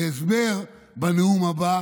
הסבר, בנאום הבא.